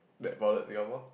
that founded Singapore